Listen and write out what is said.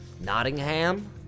Nottingham